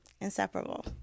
inseparable